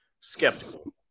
skeptical